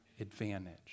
advantage